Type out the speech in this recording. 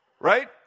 Right